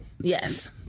Yes